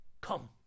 Come